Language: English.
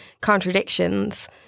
contradictions